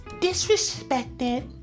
disrespected